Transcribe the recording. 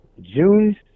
June